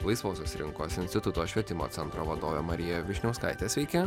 laisvosios rinkos instituto švietimo centro vadovė marija vyšniauskaitė sveiki